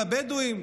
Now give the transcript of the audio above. לבדואים.